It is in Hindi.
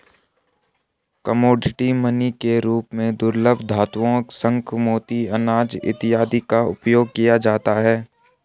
कमोडिटी मनी के रूप में दुर्लभ धातुओं शंख मोती अनाज इत्यादि का उपयोग किया जाता है